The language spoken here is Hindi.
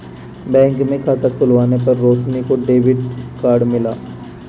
बैंक में खाता खुलवाने पर रोशनी को डेबिट कार्ड मिला